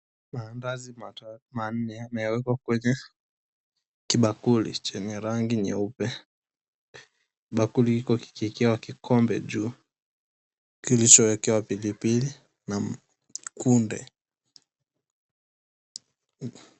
Maandazi manne yalio ekwa juu saani nyeupe sahani hio imewekwa kikombe juu kilicho wekwa pilipili na kunde.